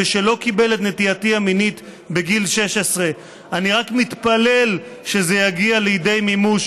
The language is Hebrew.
שלא קיבל את נטייתו המינית בגיל 16. אני רק מתפלל שזה יגיע לידי מימוש.